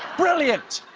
brilliant!